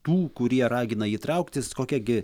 tų kurie ragina jį trauktis kokia gi